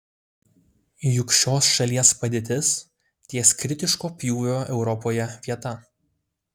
juk šios šalies padėtis ties kritiško pjūvio europoje vieta